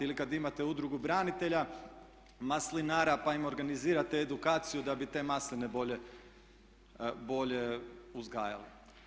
Ili kada imate udrugu branitelja, maslinara pa im organizirate edukaciju da bi te masline bolje uzgajale.